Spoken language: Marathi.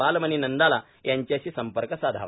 बालमनी नंदाला यांचेशी संपर्क साधावा